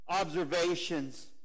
observations